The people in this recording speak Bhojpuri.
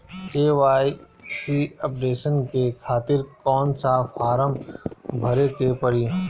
के.वाइ.सी अपडेशन के खातिर कौन सा फारम भरे के पड़ी?